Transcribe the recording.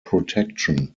protection